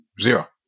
Zero